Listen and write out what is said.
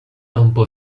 rompo